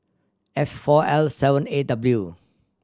F four L seven A W